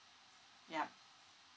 yup